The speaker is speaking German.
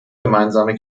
gemeinsame